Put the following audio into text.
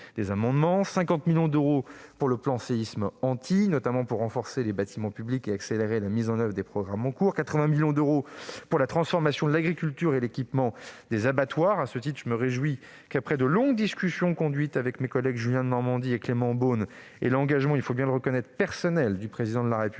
50 millions d'euros sont prévus pour le plan Séisme Antilles, notamment afin de renforcer les bâtiments publics et d'accélérer la mise en oeuvre des programmes en cours. Quelque 80 millions d'euros iront à la transformation de l'agriculture et l'équipement des abattoirs. À ce titre, je me réjouis que, après de longues discussions conduites avec mes collègues Julien Denormandie et Clément Beaune et l'engagement personnel du Président de la République,